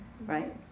Right